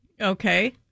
okay